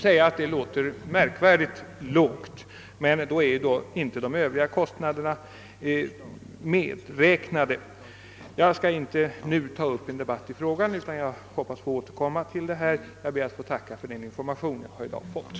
Detta låter anmärkningsvärt lågt, men då är inte de övriga kostnaderna medräknade. Jag skall inte nu ta upp en debatt i denna fråga utan hoppas att få återkomma senare till den. Jag ber att få tacka för den information jag i dag erhållit.